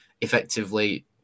effectively